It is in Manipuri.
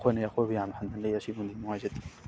ꯃꯈꯣꯏꯅ ꯑꯩꯈꯣꯏꯕꯨ ꯌꯥꯝꯅ ꯍꯟꯊꯅꯩ ꯑꯁꯤꯒꯨꯝꯕꯗꯤ ꯅꯨꯡꯉꯥꯏꯖꯗꯦ